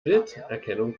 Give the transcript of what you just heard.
bilderkennung